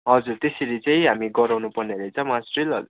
हजुर त्यसरी चाहिँ हामी गराउनु पर्ने रहेछ मार्च ड्रिल